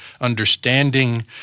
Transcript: understanding